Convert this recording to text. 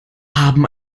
haben